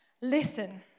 Listen